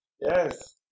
Yes